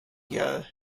year